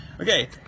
Okay